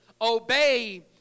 Obey